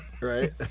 Right